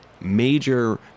major